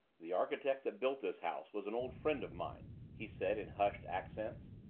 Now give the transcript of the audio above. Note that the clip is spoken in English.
the architect that built this house was an old friend of mine, he said in hushed accents.